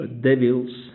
devils